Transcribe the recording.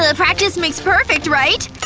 ah practice makes perfect, right?